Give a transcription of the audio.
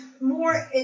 more